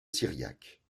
syriaque